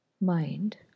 mind